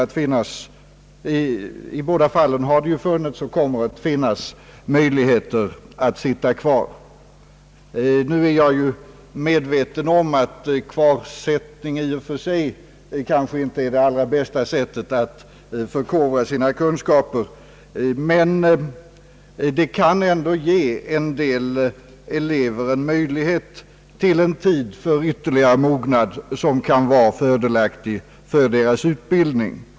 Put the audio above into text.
I båda fallen har det ju funnits och kommer att finnas möjligheter att sitta kvar. Nu är jag medveten om att kvarsittning i och för sig kanske inte är det allra bästa sättet att förkovra sina kunskaper, men det kan ändå ge en del elever tid för ytterligare mognad, som kan vara fördelaktig för deras utbildning.